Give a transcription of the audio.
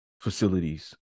facilities